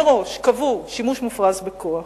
מראש קבעו: שימוש מופרז בכוח.